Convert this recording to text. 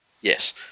Yes